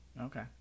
Okay